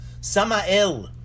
Samael